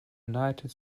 united